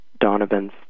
Donovan's